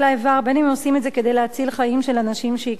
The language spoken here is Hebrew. אם הם עושים את זה כדי להציל חיים של אנשים שיקרים להם.